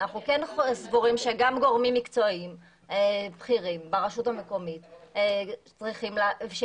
אנחנו כן סבורים שגם גורמים מקצועיים בכירים ברשות המקומית שהם